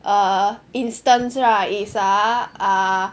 err instance right is ah